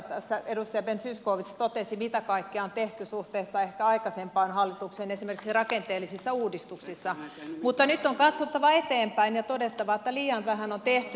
edustaja ben zyskowicz totesi mitä kaikkea on tehty suhteessa ehkä aikaisempaan hallitukseen esimerkiksi rakenteellisissa uudistuksissa mutta nyt on katsottava eteenpäin ja todettava että liian vähän on tehty